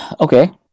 okay